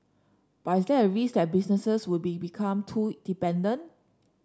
but is there a risk that businesses would become too dependent